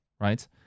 right